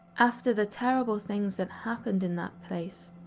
after the terrible things that happened in that place,